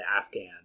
Afghan